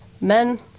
men